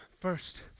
first